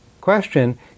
Question